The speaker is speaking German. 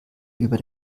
über